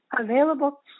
available